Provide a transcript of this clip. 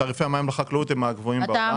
שתעריפי המים לחקלאות הם מהגבוהים בעולם.